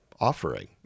offering